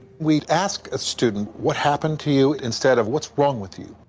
we ask a student, what happened to you, instead of what's wrong with you.